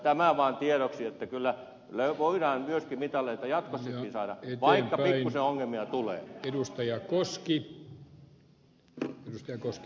tämä vaan tiedoksi että kyllä voidaan myös mitaleita jatkossakin saada vaikka pikkuisen ongelmia tul ee